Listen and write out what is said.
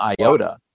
iota